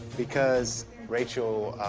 because rachel,